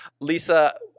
Lisa